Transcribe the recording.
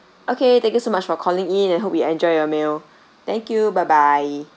okay thank you so much for calling in and hope you enjoy your meal thank you bye bye